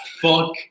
fuck